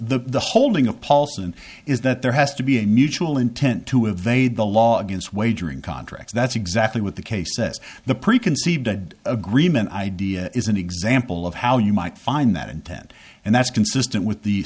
is the holding a paulson is that there has to be a mutual intent to evade the law against wagering contracts that's exactly what the case says the preconceived ed agreement idea is an example of how you might find that intent and that's consistent with the